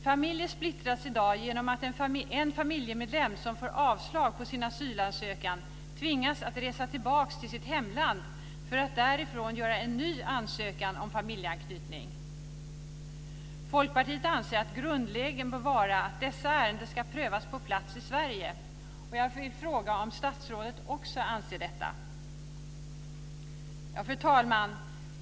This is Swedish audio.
Familjer splittras i dag genom att en familjemedlem som får avslag på sin asylansökan tvingas resa tillbaka till sitt hemland för att därifrån göra en ny ansökan om familjeanknytning. Folkpartiet anser att det grundläggande bör vara att dessa ärenden ska prövas på plats i Sverige. Jag vill fråga om statsrådet också anser detta. Fru talman!